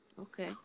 Okay